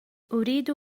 أريد